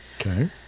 okay